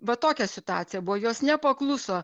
va tokia situacija buvo jos nepakluso